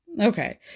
Okay